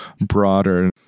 broader